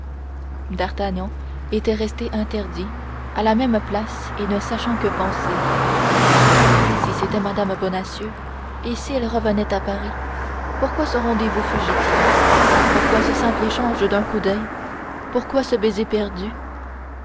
d'artagnan était resté interdit à la même place et ne sachant que penser si c'était mme bonacieux et si elle revenait à paris pourquoi ce rendez-vous fugitif pourquoi ce simple échange d'un coup d'oeil pourquoi ce baiser perdu